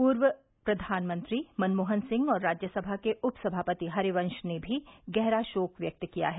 पूर्व प्रधानमंत्री मनमोहन सिंह और राज्यसमा के उप समापति हरिवंश ने भी गहरा शोक व्यक्त किया है